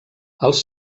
els